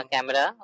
Camera